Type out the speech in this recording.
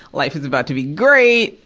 life is about to be great.